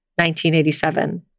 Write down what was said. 1987